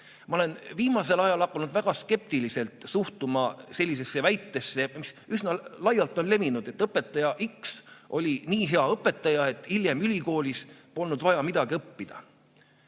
Ma olen viimasel ajal hakanud väga skeptiliselt suhtuma sellisesse väitesse, mis on üsna laialt levinud, et õpetaja X oli nii hea õpetaja, et hiljem ülikoolis polnud vaja midagi õppida.